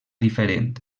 diferent